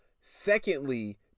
secondly